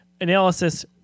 analysis